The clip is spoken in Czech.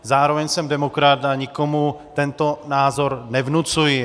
Zároveň jsem demokrat a nikomu tento názor nevnucuji.